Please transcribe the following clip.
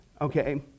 okay